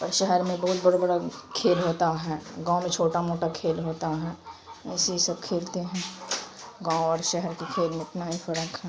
اور شہر میں بہت بڑا بڑا کھیل ہوتا ہے گاؤں میں چھوٹا موٹا کھیل ہوتا ہے ایسے ہی سب کھیلتے ہیں گاؤں اور شہر کے کھیل میں اتنا ہی فرق ہے